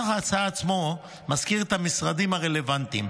נוסח ההצעה עצמו מזכיר את המשרדים הרלוונטיים.